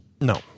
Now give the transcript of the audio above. No